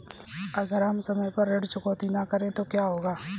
अगर हम समय पर ऋण चुकौती न करें तो क्या होगा?